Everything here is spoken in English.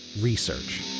research